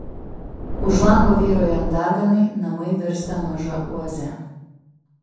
už lango vyraujant darganai namai virsta maža oaze